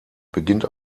beginnt